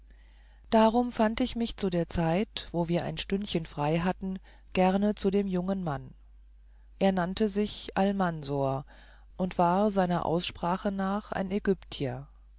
darum fand ich mich zu der zeit wo wir ein stündchen frei hatten gerne zu dem jungen mann er nannte sich almansor und war seiner aussprache nach ein ägyptier